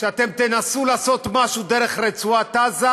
שאתם תנסו לעשות משהו דרך רצועת עזה,